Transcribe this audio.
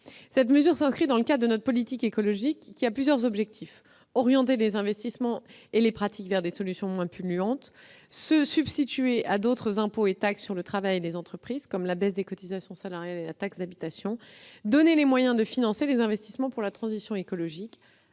Cette mesure s'inscrit dans le cadre de notre politique écologique, qui a plusieurs objectifs : orienter les investissements et les pratiques vers des solutions moins polluantes ; se substituer à d'autres impôts et taxes sur le travail et les entreprises, d'où la baisse des cotisations salariales et la suppression de la taxe d'habitation ; procurer les moyens de financer les investissements pour la transition écologique